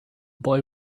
boy